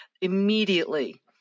immediately